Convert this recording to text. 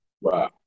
Wow